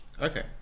okay